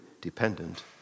dependent